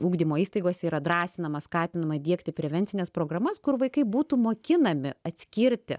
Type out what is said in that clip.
ugdymo įstaigose yra drąsinama skatinama diegti prevencines programas kur vaikai būtų mokinami atskirti